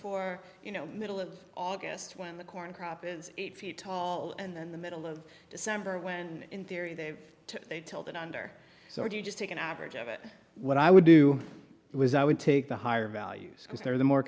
for you know middle of august when the corn crop is eight feet tall and then the middle of december when in theory they have to they told it under so you just take an average of it what i would do it was i would take the higher values because they're the more